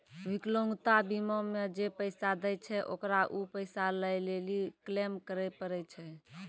विकलांगता बीमा मे जे पैसा दै छै ओकरा उ पैसा लै लेली क्लेम करै पड़ै छै